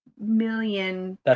million